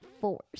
force